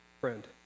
friend